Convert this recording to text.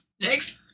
Next